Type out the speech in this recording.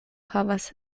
havas